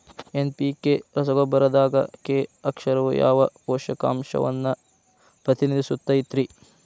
NPK ರಸಗೊಬ್ಬರದಾಗ K ಅಕ್ಷರವು ಯಾವ ಪೋಷಕಾಂಶವನ್ನ ಪ್ರತಿನಿಧಿಸುತೈತ್ರಿ?